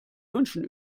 wünschen